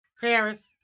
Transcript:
Paris